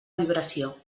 vibració